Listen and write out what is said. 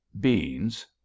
beans